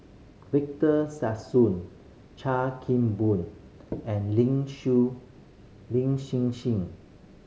Victor Sassoon Chan Kim Boon and Lin Lin Hsin Hsin